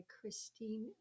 Christine